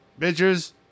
Bitches